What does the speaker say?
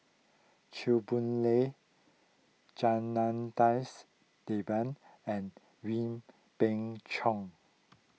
Chew Boon Lay Janadas Devan and Wee Beng Chong